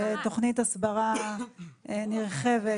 תכנית הסברה נרחבת.